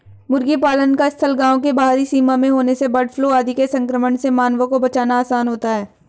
मुर्गी पालन का स्थल गाँव के बाहरी सीमा में होने से बर्डफ्लू आदि के संक्रमण से मानवों को बचाना आसान होता है